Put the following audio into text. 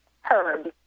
herb